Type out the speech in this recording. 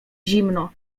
zimno